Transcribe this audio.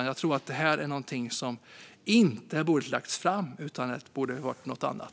Jag tror att detta är något som inte borde ha lagts fram. Det borde ha varit något annat.